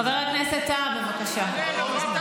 חבר הכנסת טאהא, בבקשה.